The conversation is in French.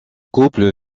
couple